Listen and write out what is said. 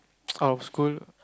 our school